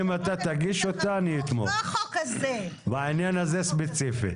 אתה תגיש אותה אני אתמוך בעניין הזה ספציפית.